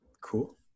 cool